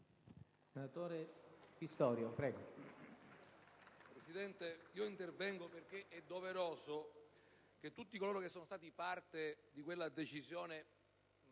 Presidente, intervengo perché è doveroso che tutti coloro che sono stati parte di quella decisione